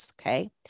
Okay